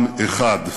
עם אחד.